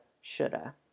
shoulda